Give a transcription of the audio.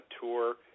tour